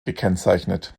gekennzeichnet